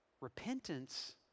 Repentance